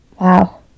wow